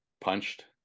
punched